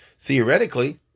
Theoretically